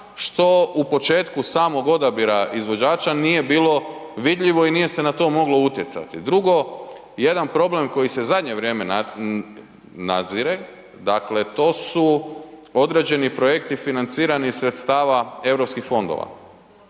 što u početku samog odabira izvođača nije bilo vidljivo i nije se na to moglo utjecati. Drugo jedan problem koji se zadnje vrijeme nadzire, dakle to su određeni projekti financirani iz sredstava europskih fondova.